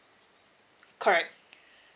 correct